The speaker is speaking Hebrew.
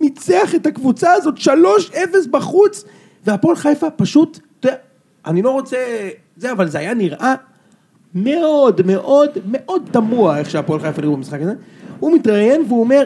ניצח את הקבוצה הזאת, שלוש אפס בחוץ והפועל חיפה פשוט, אתה יודע אני לא רוצה זה, אבל זה היה נראה מאוד מאוד מאוד תמוה איך שהפועל חיפה נראו במשחק הזה הוא מתראיין והוא אומר